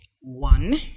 One